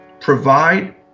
provide